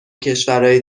کشورای